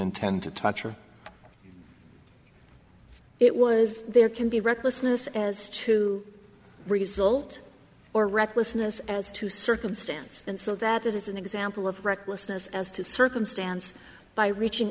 intend to touch or it was there can be recklessness as to result or recklessness as to circumstance and so that is an example of recklessness as to circumstance by reaching